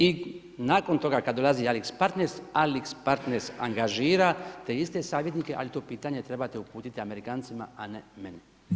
I nakon toga, kada dolazi Alix Partners, Alix Partners angažira, te iste savjetnike, ali to pitanje trebate uputiti Amerikancima a ne meni.